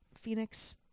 Phoenix